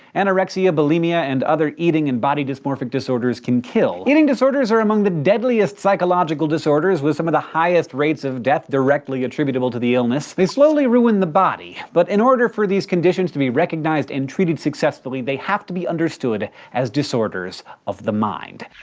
anorexia, bulimia, and other eating and body dysmorphic disorders can kill. eating disorders are among the deadliest psychological disorders, with some of the highest rates of death directly attributable to the illness. they slowly ruin the body, but, in order for these conditions to be recognized and treated successfully, they have to be understood as disorders of the mind.